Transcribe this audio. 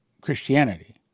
Christianity